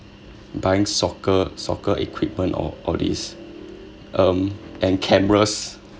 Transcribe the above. buying soccer soccer equipment or all these um and cameras